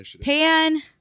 Pan